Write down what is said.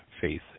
faith